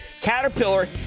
Caterpillar